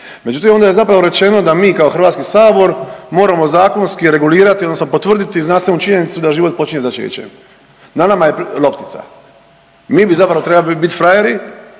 Međutim, onda je zapravo rečeno da mi kao HS moramo zakonski regulirati odnosno potvrditi znanstvenu činjenicu da život počinje začećem. Na nama je loptica. Mi bi zapravo trebali biti frajeri,